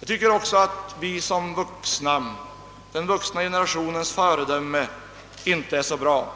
Jag tycker också att den vuxna generationens föredöme inte är så bra.